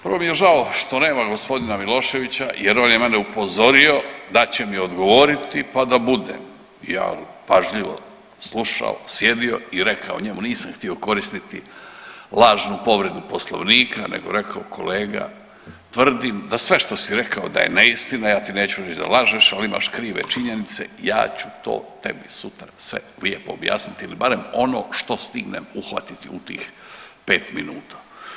Prvo mi je žao što nema g. Miloševića jer on je mene upozorio da će mi odgovoriti pa da budem, ja pažljivo slušao, slijedio i rekao njemu, nisam htio koristiti lažnu povredu Poslovnika, rekao kolega, tvrdim da sve što si rekao da je neistina, ja ti neću reći da lažeš, ali imaš krive činjenice i ja ću to tebi sutra sve lijepo objasniti ili barem ono što stignem uhvatiti u tih 5 minuta.